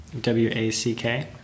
W-A-C-K